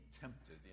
tempted